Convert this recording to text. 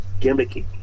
gimmicky